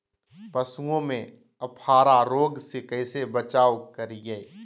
पशुओं में अफारा रोग से कैसे बचाव करिये?